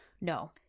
No